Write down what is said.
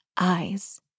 eyes